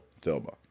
Thelma